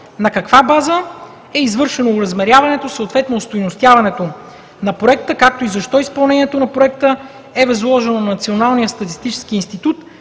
На каква база е извършено оразмеряването, съответно остойностяването на Проекта, както и защо изпълнението на Проекта е възложено на Националния статистически институт,